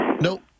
Nope